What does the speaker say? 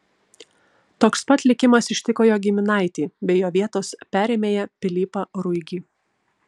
toks pat likimas ištiko jo giminaitį bei jo vietos perėmėją pilypą ruigį